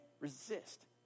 Resist